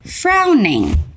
Frowning